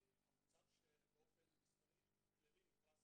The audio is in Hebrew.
המוצר שבאופן מסחרי כללי נקרא סליים,